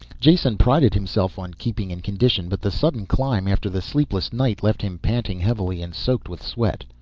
jason prided himself on keeping in condition. but the sudden climb, after the sleepless night, left him panting heavily and soaked with sweat.